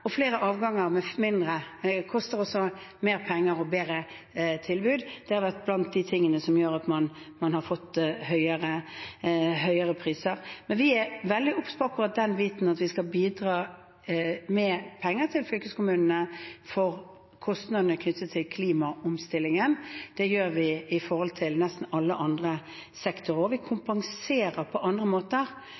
Flere avganger med færre passasjerer gir et bedre tilbud, men koster også mer penger. Det har vært blant de tingene som gjør at man har fått høyere priser. Vi er veldig obs på akkurat det, at vi skal bidra med penger til fylkeskommunene for kostnadene knyttet til klimaomstillingen. Det gjør vi for nesten alle andre sektorer også. Vi kompenserer på andre måter.